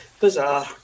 Bizarre